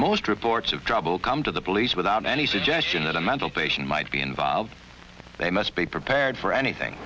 most reports of trouble come to the police without any suggestion that a mental patient might be involved they must be prepared for anything